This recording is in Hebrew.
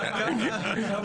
עד כאן הפתיחה.